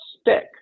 stick